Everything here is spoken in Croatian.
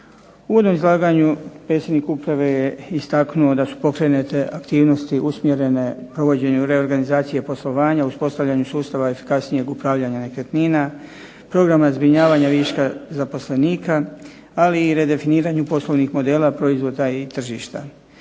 uvodnom izlaganju predsjednik Uprave je istaknuo da su pokrenute aktivnosti usmjerene provođenju reorganizacije poslovanja uspostavljanju sustava efikasnijeg upravljanja nekretnine, programa zbrinjavanja viška zaposlenika ali i redefiniranju poslovnih modela, proizvoda i tržišta.